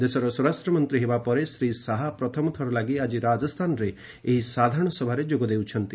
ଦେଶର ସ୍ୱରାଷ୍ଟ୍ରମନ୍ତ୍ରୀ ହେବା ପରେ ଶ୍ରୀ ଶାହା ପ୍ରଥମଥର ଲାଗି ଆଜି ରାଜସ୍ଥାନରେ ଏହି ସାଧାରଣସଭାରେ ଯୋଗଦେଉଛନ୍ତି